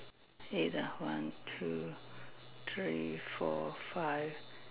hey there one two three four five